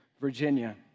Virginia